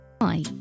Hi